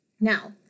Now